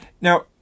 Now